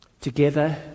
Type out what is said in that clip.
Together